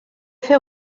féu